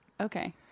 okay